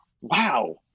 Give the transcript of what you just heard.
Wow